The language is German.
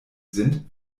sind